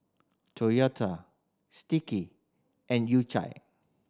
Toyota Sticky and U Cha